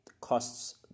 costs